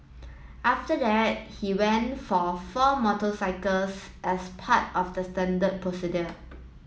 after that he went for four moto cycles as part of the standard procedure